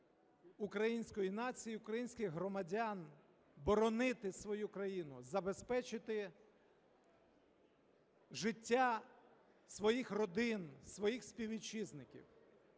української нації, українських громадян боронити свою країну, забезпечити життя своїх родин, своїх співвітчизників.